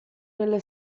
nelle